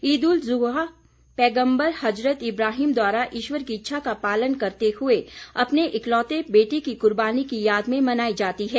ईद उल जुहा पैगम्बर हजरत इब्राहिम द्वारा ईश्वर की इच्छा का पालन करते हुए अपने इकलौते बेटे की कुर्बानी की याद में मनाई जाती है